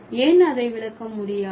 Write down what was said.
ஏன் அதை விளக்க முடியாது